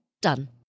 Done